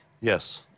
Yes